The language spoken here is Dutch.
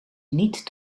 niet